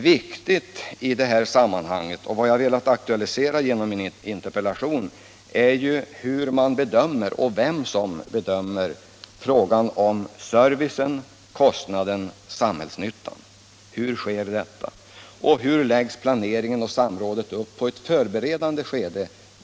Viktigt i det här sammanhanget — och det är detta jag velat aktualisera med min interpellation — är hur man bedömer och vem som bedömer frågan om postservicen, kostnaden och samhällsnyttan. Hur sker detta? Hur läggs planeringen och samrådet upp i det förberedande skedet?